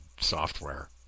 software